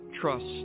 trust